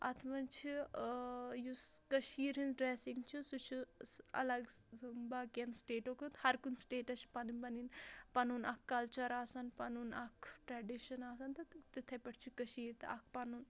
اَتھ منٛز چھِ یُس کٔشیٖرِ ہٕنٛز ڈرٛیسِنٛگ چھِ سُہ چھِ الگ باقِیَن سِٹیٹو کھۄتہٕ ہر کُنہِ سِٹیٹَس چھُ پَنٕنۍ پَنٕنۍ پَنُن اَکھ کَلچَر آسان پَنُن اَکھ ٹرٛیڈِشَن آسان تہٕ تِتھَے پٲٹھۍ چھِ کٔشیٖرِ تہِ اَکھ پَنُن